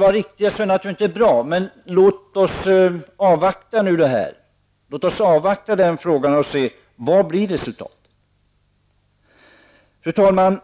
vara riktiga är det naturligtvis inte bra. Men låt oss avvakta i den frågan och se vad resultatet blir. Fru talman!